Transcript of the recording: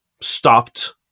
stopped